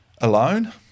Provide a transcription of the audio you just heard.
alone